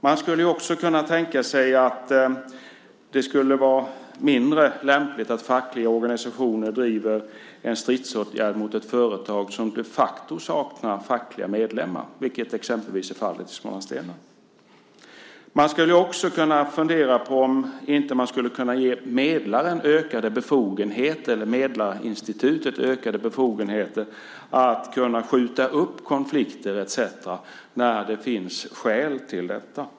Man skulle också kunna tänka sig att det skulle vara mindre lämpligt att fackliga organisationer driver en stridsåtgärd mot ett företag som de facto saknar fackliga medlemmar, vilket exempelvis är fallet i Smålandsstenar. Man skulle också kunna fundera på om man inte skulle kunna ge medlarinstitutet ökade befogenheter när det gäller att kunna skjuta upp konflikter etcetera när det finns skäl till detta.